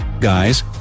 guys